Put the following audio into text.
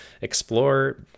explore